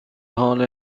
حال